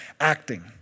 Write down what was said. acting